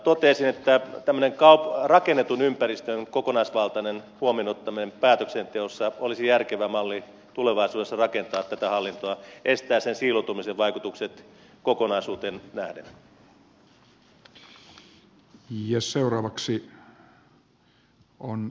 totesin että tämmöinen rakennetun ympäristön kokonaisvaltainen huomioonottaminen päätöksenteossa olisi järkevä malli tulevaisuudessa rakentaa tätä hallintoa estää sen siiloutumisen vaikutukset kokonaisuuteen nähden